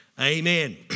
Amen